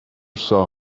saw